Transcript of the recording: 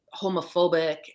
homophobic